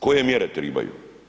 Koje mjere tribaju?